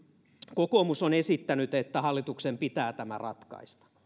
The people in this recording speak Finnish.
kokoomus on esittänyt että hallituksen pitää tämä ratkaista